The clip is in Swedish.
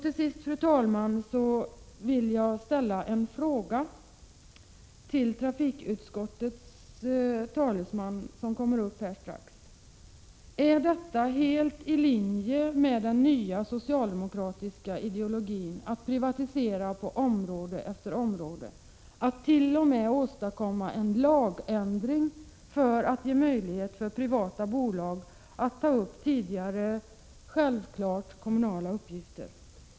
Till sist, fru talman, vill jag ställa en fråga till trafikutskottets talesman, som strax skall få ordet: Är det helt i linje med den nya socialdemokratiska ideologin att privatisera på område efter område, att t.o.m. åstadkomma en lagändring för att ge möjlighet för privata bolag att ta upp tidigare självklart kommunala uppgifter?